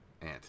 Ant